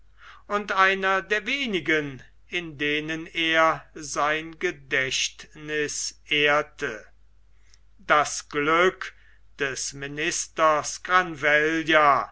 und einer der wenigen in denen er sein gedächtniß ehrte das glück des ministers